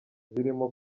zirimo